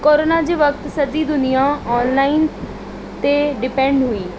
corona जे वक़्तु सजी दुनिया ऑनलाइन ते डिपेन्ड हुई